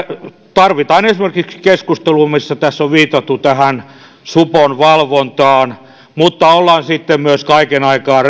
tarvitaan esimerkiksi keskustelua missä on viitattu supon valvontaan mutta ollaan sitten myös kaiken aikaa